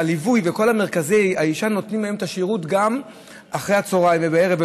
שהליווי וכל המרכזים לאישה נותנים את השירות גם אחר הצוהריים ובערב,